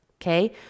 Okay